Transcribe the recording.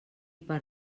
per